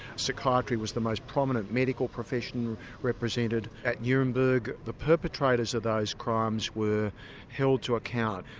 psychiatry was the most prominent medical profession represented at nuremberg. the perpetrators of those crimes were held to account.